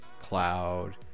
cloud